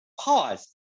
Pause